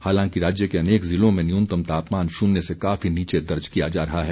हालांकि राज्य के अनेक जिलों में न्यूनतम तापमान शुन्य से काफी नीचे दर्ज किया जा रहा है